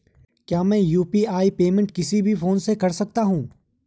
क्या मैं UPI payment किसी भी फोन से कर सकता हूँ?